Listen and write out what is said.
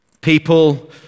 People